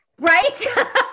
Right